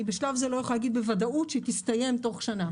בשלב זה לא יכולה לומר בוודאות שהיא תסתיים תוך שנה.